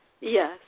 Yes